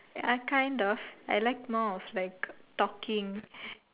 ya kind of I like more of like talking